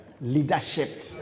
leadership